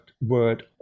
word